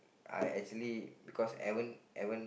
I actually because haven't haven't